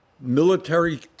military